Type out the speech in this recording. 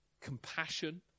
Compassion